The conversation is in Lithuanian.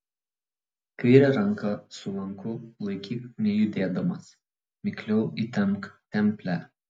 kairę ranką su lanku laikyk nejudėdamas mikliau įtempk templę